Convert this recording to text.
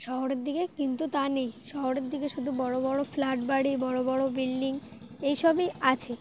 শহরের দিকে কিন্তু তা নেই শহরের দিকে শুধু বড় বড় ফ্ল্যাট বাড়ি বড় বড়ো বিল্ডিং এই সবই আছে